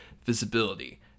visibility